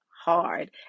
hard